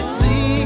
see